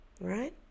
right